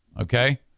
Okay